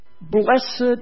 Blessed